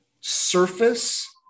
surface